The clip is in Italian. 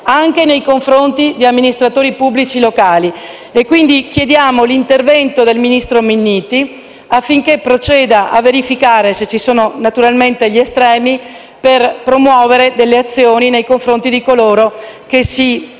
anche nei confronti degli amministratori pubblici locali. Chiediamo quindi l'intervento del ministro Minniti, affinché proceda a verificare se esistano gli estremi per promuovere azioni nei confronti di coloro che si